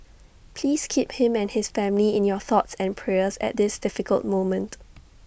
please keep him and his family in your thoughts and prayers at this difficult moment